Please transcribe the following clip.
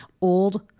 old